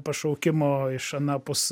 pašaukimo iš anapus